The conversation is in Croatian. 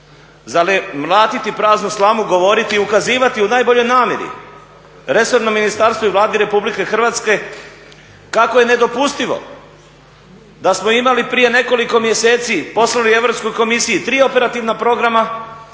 Zar je mlatiti praznu slamu govoriti i ukazivati u najboljoj namjeri resornom ministarstvu i Vladi Republike Hrvatske kako je nedopustivo da smo imali prije nekoliko mjeseci, poslali Europskoj komisiji tri operativna programa